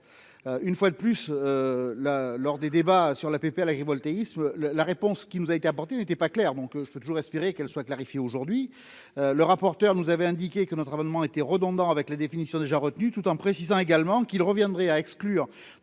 une fois de plus là lors des débats sur l'APP à l'agrivoltaïsme le la réponse qui nous a été apportée n'était pas clair donc je peux toujours espérer qu'elle soit clarifiée aujourd'hui le rapporteur, vous avez indiqué que notre abonnement était redondant avec les définitions déjà retenue, tout en précisant également qu'il reviendrait à exclure